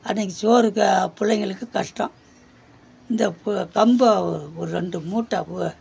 அன்றைக்கி சோறுக்கு பிள்ளைங்களுக்கு கஷ்டம் இந்த பு கம்பை ஒரு ரெண்டு மூட்டை பு